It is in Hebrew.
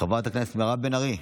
חברת הכנסת מירב בן ארי,